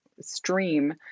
stream